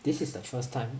this is the first time